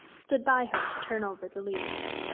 stood by her to turn over the leaves.